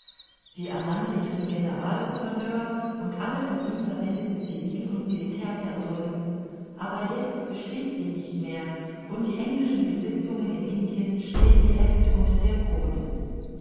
sie ernannte ihren generalgouverneur und alle von ihm verwendeten civil und militärpersonen aber jetzt besteht sie nicht mehr und die englischen besitzungen in indien stehen direct unter der krone